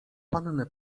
panny